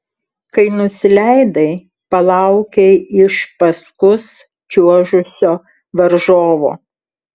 kai nusileidai palaukei iš paskus čiuožusio varžovo